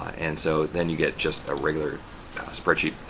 and so, then you get just a regular spreadsheet.